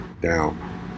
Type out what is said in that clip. down